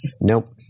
Nope